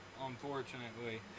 unfortunately